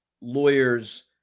lawyers